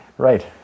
Right